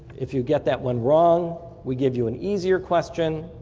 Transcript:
if you get that one wrong, we give you an easier question.